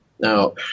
Now